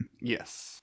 Yes